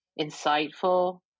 insightful